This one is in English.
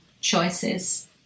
choices